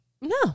no